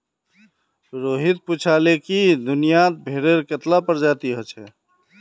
रोहित पूछाले कि दुनियात भेडेर कत्ला प्रजाति छे